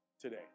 today